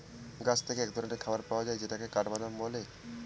গাছ থেকে এক ধরনের খাবার পাওয়া যায় যেটাকে কাঠবাদাম বলে